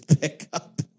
pickup